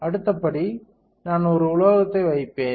அடுத்த படி நான் ஒரு உலோகத்தை வைப்பேன்